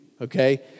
okay